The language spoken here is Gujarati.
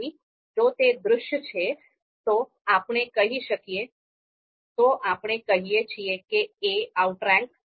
તેથી જો તે દૃશ્ય છે તો આપણે કહીએ છીએ કે a આઉટરેંક b